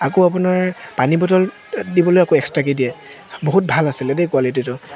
আকৌ আপোনাৰ পানীৰ বটল দিবলৈ এক্সট্ৰাকৈ দিয়ে বহুত ভাল আছিলে দেই কুৱালিটিটো